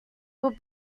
were